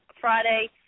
Friday